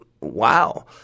wow